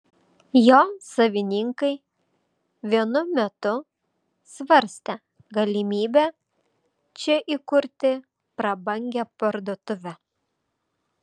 jo savininkai vienu metu svarstė galimybę čia įkurti prabangią parduotuvę